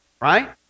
right